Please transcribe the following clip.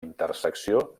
intersecció